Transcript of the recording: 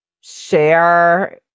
share